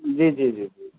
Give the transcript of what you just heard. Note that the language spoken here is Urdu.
جی جی جی جی